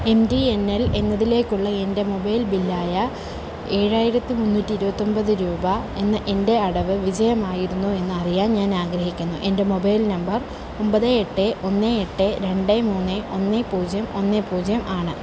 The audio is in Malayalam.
എം ടി എൻ എൽ എന്നതിലേക്കുള്ള എൻ്റെ മൊബൈൽ ബില്ലായ ഏഴായിരത്തി മുന്നൂറ്റി ഇരുപത്തി ഒൻപത് രൂപ എന്ന എൻ്റെ അടവ് വിജയമായിരുന്നോ എന്ന് അറിയാൻ ഞാനാഗ്രഹിക്കുന്നു എൻ്റെ മൊബൈൽ നമ്പർ ഒൻപത് എട്ട് ഒന്ന് എട്ട് രണ്ട് മൂന്ന് ഒന്ന് പൂജ്യം ഒന്ന് പൂജ്യം ആണ്